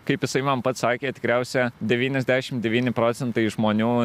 kaip jisai man pats sakė tikriausia devyniasdešim devyni procentai žmonių